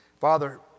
Father